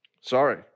Sorry